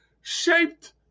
Shaped